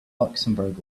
luxembourg